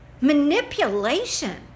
Manipulation